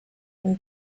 muy